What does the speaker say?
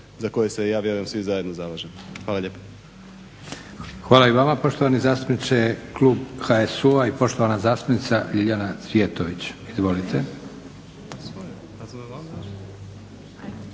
za koje se ja vjerujem svi zajedno zalažemo. Hvala lijepo.